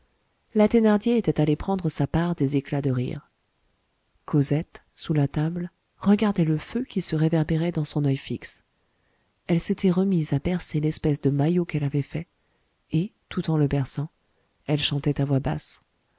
la thénardier était allée prendre sa part des éclats de rire cosette sous la table regardait le feu qui se réverbérait dans son oeil fixe elle s'était remise à bercer l'espèce de maillot qu'elle avait fait et tout en le berçant elle chantait à voix basse